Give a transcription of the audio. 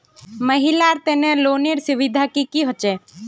महिलार तने लोनेर सुविधा की की होचे?